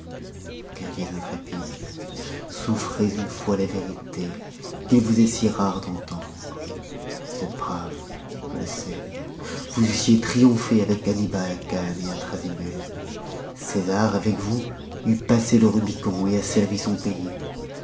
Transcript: guerriers intrépides souffrez une fois la vérité qu'il vous est si rare d'entendre vous êtes braves je le sais vous eussiez triomphé avec annibal à cannes à trasymène césar avec vous eût passé le rubicon et asservi son pays